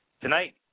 Tonight